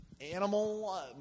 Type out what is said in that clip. animal